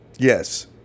Yes